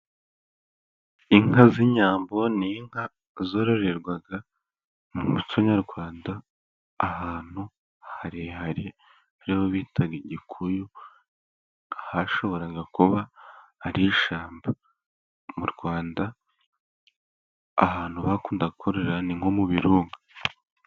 Inka z’inyambo ni inka zororerwaga mu mucyo nyarwanda, ahantu harehare ari ho bitaga Igikuyu. Hashoboraga kuba ari ishyamba. Mu Rwanda, ahantu bakundaga kororera ni nko mu birunga.